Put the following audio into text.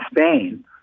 Spain